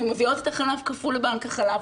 אנחנו מביאות את החלב קפוא לבנק החלב,